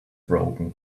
broken